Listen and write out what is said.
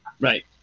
Right